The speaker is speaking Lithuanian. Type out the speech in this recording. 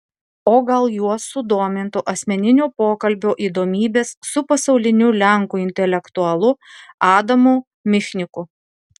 o gal juos sudomintų asmeninio pokalbio įdomybės su pasauliniu lenkų intelektualu adamu michniku